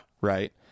right